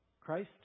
Christ